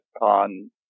on